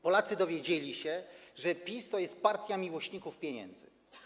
Polacy dowiedzieli się, że PiS to jest partia miłośników pieniędzy.